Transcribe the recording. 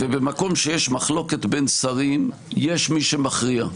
ובמקום שיש מחלוקת בין שרים, יש מי שמכריע.